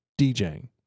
DJing